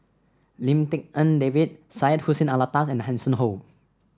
Lim Tik En David Syed Hussein Alata and Hanson Ho